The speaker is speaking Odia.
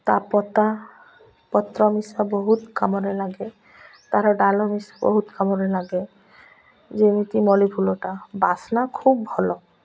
ତା ପତା ପତ୍ର ମିଶ ବହୁତ କାମରେ ଲାଗେ ତାର ଡାଳ ମିଶ ବହୁତ କାମରେ ଲାଗେ ଯେମିତି ମଲ୍ଲୀ ଫୁଲଟା ବାସ୍ନା ଖୁବ୍ ଭଲ